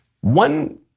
One